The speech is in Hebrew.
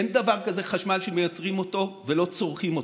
אין דבר כזה חשמל שמייצרים אותו ולא צורכים אותו.